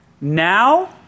Now